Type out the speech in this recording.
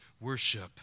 worship